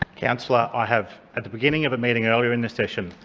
councillor, i have, at the beginning of a meeting earlier in this session,